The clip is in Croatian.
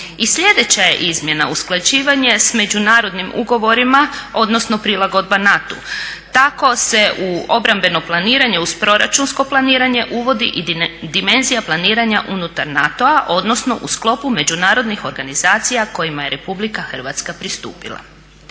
I sljedeća je izmjena usklađivanje s međunarodnim ugovorima odnosno prilagodba NATO-u. Tako se u obrambeno planiranje uz proračunsko planiranje uvodi i dimenzija planiranja unutar NATO-a odnosno u sklopu međunarodnih organizacija kojima je RH pristupila.